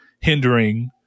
hindering